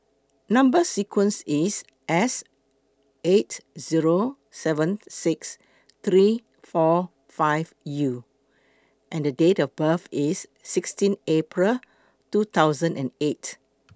Number sequence IS S eight Zero seven six three four five U and The Date of birth IS sixteen April two thousand and eight